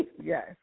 Yes